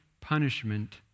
punishment